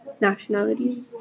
nationalities